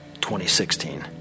2016